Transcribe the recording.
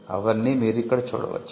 అవన్నీ మీరు ఇక్కడ చూడవచ్చు